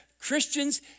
Christians